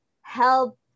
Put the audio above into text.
help